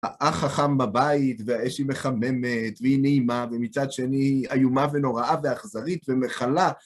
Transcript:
האח החם בבית והאש היא מחממת, והיא נעימה, ומצד שני איומה ונוראה ואכזרית ומכלה.